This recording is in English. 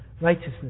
righteousness